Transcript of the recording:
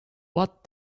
what